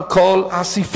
על כל הסעיפים.